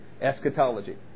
eschatology